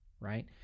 right